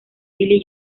billy